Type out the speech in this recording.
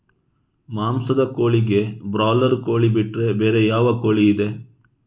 ಮಾಂಸದ ಕೋಳಿಗೆ ಬ್ರಾಲರ್ ಕೋಳಿ ಬಿಟ್ರೆ ಬೇರೆ ಯಾವ ಕೋಳಿಯಿದೆ?